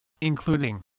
including